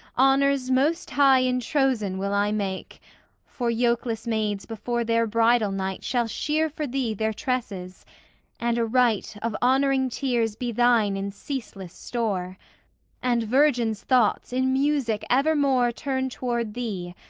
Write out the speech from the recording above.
honours most high in trozen will i make for yokeless maids before their bridal night shall shear for thee their tresses and a rite of honouring tears be thine in ceaseless store and virgin's thoughts in music evermore turn toward thee,